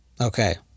Okay